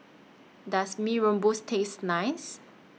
Does Mee Rebus Taste nice